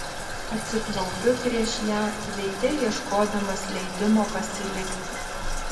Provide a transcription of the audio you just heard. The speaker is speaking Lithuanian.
atsiklaupiu prieš ją veide ieškodamas leidimo pasilikti